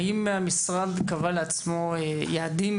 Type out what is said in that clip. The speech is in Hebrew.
האם המשרד קבע לעצמו יעדים,